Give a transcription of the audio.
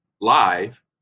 live